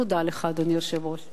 תודה לך, אדוני היושב-ראש.